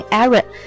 Aaron